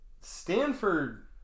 Stanford